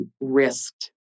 risked